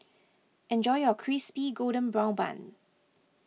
enjoy your Crispy Golden Brown Bun